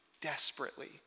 desperately